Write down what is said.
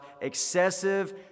excessive